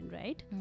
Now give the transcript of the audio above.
right